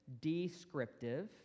descriptive